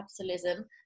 capitalism